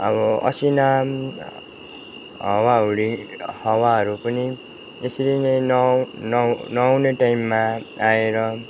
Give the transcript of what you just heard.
अब असिना हावाहुरी हावाहरू पनि यसरी नै नआउने टाइममा आएर